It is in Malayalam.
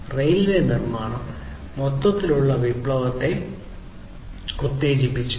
റെയിൽവേ നിർമ്മാണം മൊത്തത്തിലുള്ള വിപ്ലവത്തെ ഉത്തേജിപ്പിച്ചു